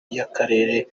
y’akarere